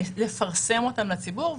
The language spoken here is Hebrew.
לפרסם אותם לציבור.